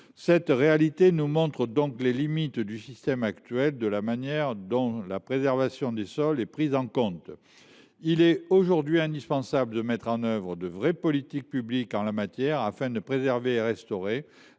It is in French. Cette réalité nous montre les limites du système actuel et de la manière dont la préservation des sols est prise en compte. Il est donc indispensable de mettre en œuvre de véritables politiques publiques, afin de préserver et restaurer